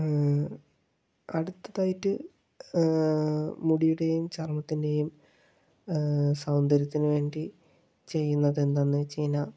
അടുത്തതായിട്ട് മുടിയുടെയും ചർമ്മത്തിൻ്റെയും സൗന്ദര്യത്തിന് വേണ്ടി ചെയ്യുന്നത് എന്താണെന്ന് വെച്ച് കഴിഞ്ഞാൽ